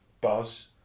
buzz